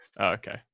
Okay